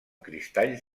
cristalls